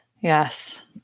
Yes